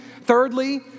thirdly